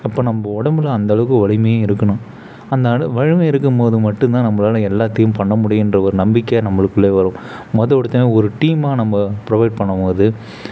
அப்போது நம்ம உடம்புல அந்தளவுக்கு வலிமையும் இருக்கணும் அந்த அணு வலிமை இருக்கும்போது மட்டுந்தான் நம்மளால் எல்லாத்தையும் பண்ண முடியுன்ற ஒரு நம்பிக்கை நம்மளுக்குள்ளே வரும் முதோ எடுத்தவொடன்னே ஒரு டீம்மாக நம்ம புரொவைட் பண்ணும்போது